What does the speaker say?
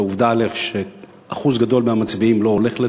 זו העובדה שאחוז גדול מהמצביעים לא הולך להצביע.